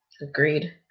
agreed